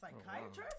psychiatrist